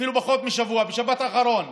אפילו פחות משבוע, בשבת האחרונה,